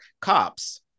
cops